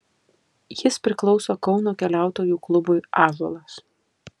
jis priklauso kauno keliautojų klubui ąžuolas